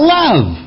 love